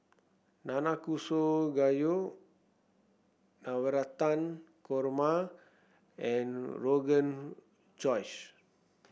Nanakusa Gayu Navratan Korma and Rogan Josh